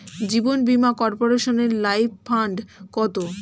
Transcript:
জীবন বীমা কর্পোরেশনের life fund কত?